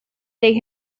they